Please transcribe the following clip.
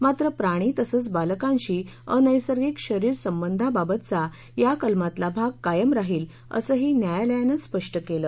मात्र प्राणी तसंच बालकांशी अनस्त्रिंक शरीर संबंधाबाबतचा या कलमातला भाग कायम राहील असंही न्यायालयानं स्पष्ट केलं